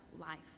life